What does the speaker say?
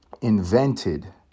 invented